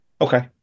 Okay